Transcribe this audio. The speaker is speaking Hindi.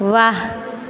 वाह